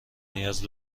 نیاز